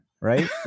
right